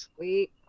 Sweet